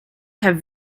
have